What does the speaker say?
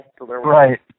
right